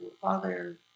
father